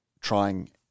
trying